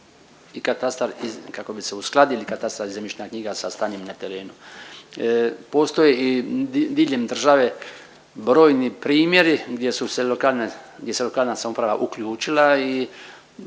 katastar i zemljišna knjiga sa stanjem na terenu. Postoji diljem države brojni primjeri gdje se lokalna samouprava uključila i